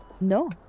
No